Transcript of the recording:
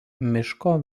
miško